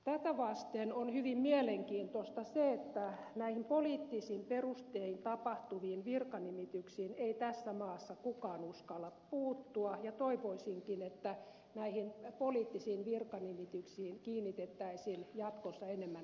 tätä vasten on hyvin mielenkiintoista se että näihin poliittisin perustein tapahtuviin virkanimityksiin ei tässä maassa kukaan uskalla puuttua ja toivoisinkin että näihin poliittisiin virkanimityksiin kiinnitettäisiin jatkossa enemmän huomiota